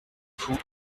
fou